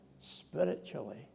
spiritually